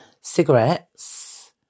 cigarettes